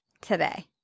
today